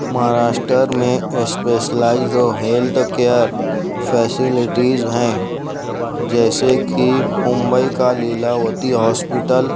مہاراشٹر میں specialised health care facilities ہیں جیسے کہ ممبئی کا لیلاوتی ہاسپٹل